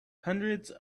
hundreds